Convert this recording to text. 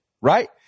right